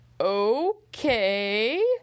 okay